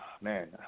man